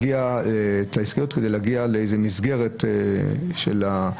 כדי להגיע לאיזושהי מסגרת השעות.